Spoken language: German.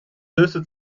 höchste